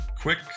quick